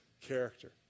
character